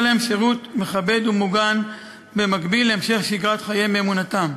להם שירות מכבד ומוגן במקביל להמשך שגרת חייהם ואמונתם.